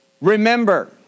remember